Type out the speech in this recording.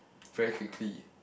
very quickly